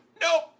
Nope